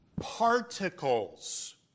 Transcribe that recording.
particles